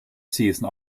season